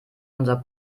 unser